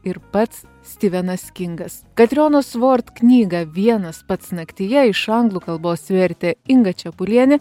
ir pats stivenas kingas katrionos vord knygą vienas pats naktyje iš anglų kalbos vertė inga čepulienė